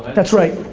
that's right.